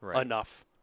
enough